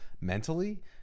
mentally